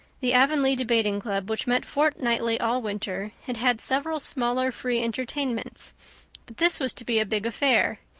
the avonlea debating club, which met fortnightly all winter, had had several smaller free entertainments but this was to be a big affair,